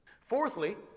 Fourthly